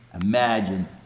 imagine